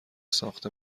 ساخت